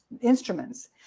instruments